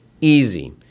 Easy